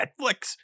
Netflix